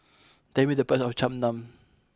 tell me the price of Cham Cham